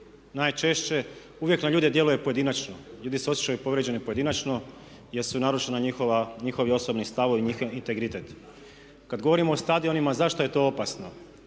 najčešće uvijek na ljude djeluje pojedinačno, ljudi se osjećaju povrijeđeni pojedinačno jer su narušena njihovi osobni stavovi, njihov integritet. Kad govorimo o stadionima zašto je to opasno?